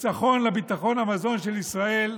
ניצחון לביטחון המזון של ישראל,